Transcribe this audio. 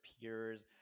peers